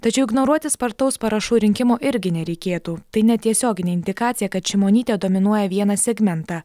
tačiau ignoruoti spartaus parašų rinkimo irgi nereikėtų tai netiesioginė indikacija kad šimonytė dominuoja vieną segmentą